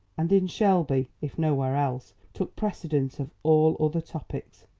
and in shelby, if nowhere else, took precedence of all other topics,